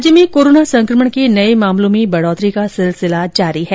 राज्य में कोरोना संक्रमण के नए मामलों में बढ़ोतरी का सिलसिला जारी है